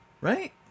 Right